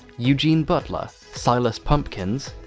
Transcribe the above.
eugene butler, silas pumpkins,